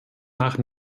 nach